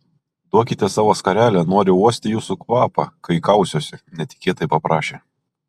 duokite savo skarelę noriu uosti jūsų kvapą kai kausiuosi netikėtai paprašė